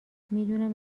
میدونم